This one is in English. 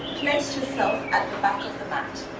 place yourself at the back of the matt